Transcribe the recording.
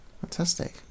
fantastic